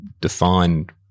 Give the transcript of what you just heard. defined